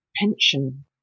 pension